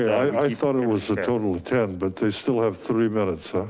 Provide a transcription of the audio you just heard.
i thought it was a total of ten, but they still have three minutes.